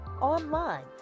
online